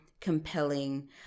compelling